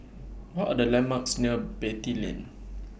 What Are The landmarks near Beatty Lane